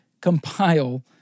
Compile